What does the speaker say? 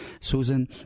Susan